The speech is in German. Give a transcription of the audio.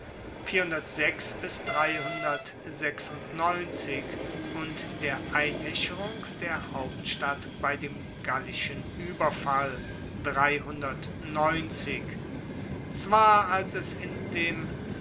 und der einaescherung der hauptstadt bei dem gallischen ueberfall zwar als es indem